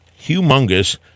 humongous